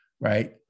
Right